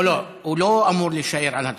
לא, לא, הוא לא אמור להישאר על הדוכן.